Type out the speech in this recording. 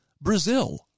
Brazil